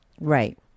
Right